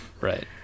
Right